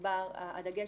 על הדעת